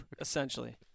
Essentially